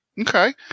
Okay